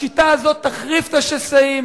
השיטה הזאת תחריף את השסעים,